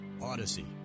Odyssey